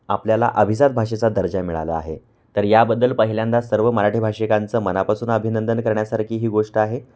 आपल्याला अभिजात भाषेचा दर्जा मिळाला आहे तर याबद्दल पहिल्यांदा सर्व मराठी भाषिकांचं मनापासून अभिनंदन करण्यासारखी ही गोष्ट आहे